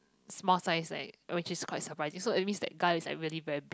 small size right where is quite surprise this also mean that guy is really bare